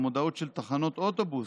או מודעות על תחנות אוטובוס,